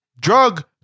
Drug